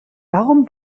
warum